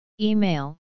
Email